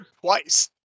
twice